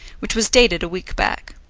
which was dated a week back.